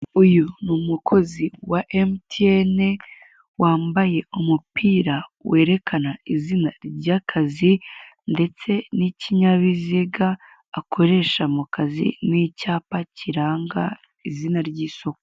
Uyu ni umukozi wa emutiyene wambaye umupira werekana izina ry'akazi ndetse n'ikinyabiziga akoresha mu kazi n'icyapa kiranga izina ry'isoko.